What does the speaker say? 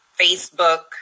Facebook